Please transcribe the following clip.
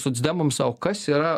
socdemams o kas yra